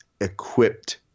equipped